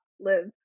live